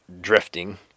drifting